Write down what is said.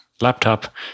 Laptop